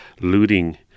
looting